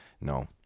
no